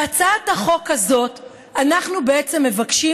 בהצעת החוק הזאת אנחנו בעצם מבקשים